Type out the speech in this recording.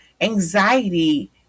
anxiety